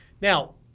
Now